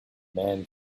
men